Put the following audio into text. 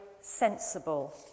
sensible